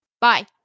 Bye